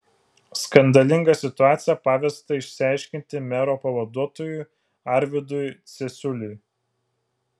skandalingą situaciją pavesta išsiaiškinti mero pavaduotojui arvydui cesiuliui